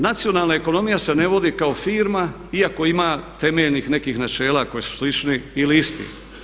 Nacionalna ekonomija se ne vodi kao firma iako ima temeljnih nekih načela koja su slična ili ista.